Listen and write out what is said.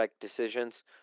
decisions